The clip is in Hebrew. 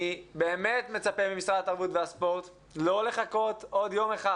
אני באמת מצפה ממשרד התרבות והספורט לא לחכות עוד יום אחד